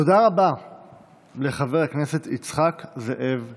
תודה רבה לחבר הכנסת יצחק זאב פינדרוס.